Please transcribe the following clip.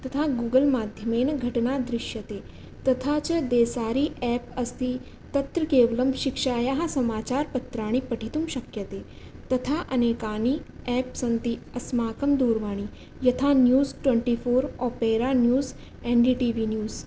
तथा गुगल् माध्यमेन घटना दृश्यते तथा च देसारी एप् अस्ति तत्र केवलं शिक्षायाः समाचारपत्राणि पठितुं शक्यते तथा अनेकानि एप् सन्ति अस्माकं दूरवाणी यथा news twenty four Opera news N D T V news